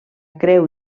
creu